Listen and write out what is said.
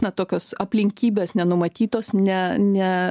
na tokios aplinkybės nenumatytos ne ne